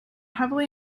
heavily